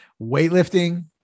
Weightlifting